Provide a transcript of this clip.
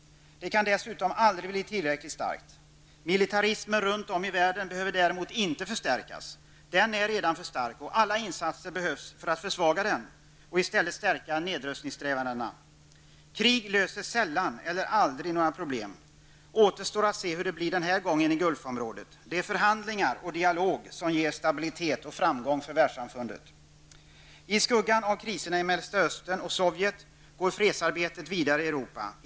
Det kan för övrigt aldrig bli tillräckligt starkt. Militarismen runt om i världen behöver däremot inte förstärkas. Den är redan för stark, och alla insatser behövs för att försvaga den. I stället måste nedrustningssträvandena stärkas. Krig löser sällan eller aldrig några problem. Det återstår att se hur det blir den här gången i Gulfen. Det är förhandlingar och en dialog som ger stabilitet och framgång för Världssamfundet. I skuggan av kriserna i Mellersta Östern och i Sovjet går fredsarbetet vidare i Europa.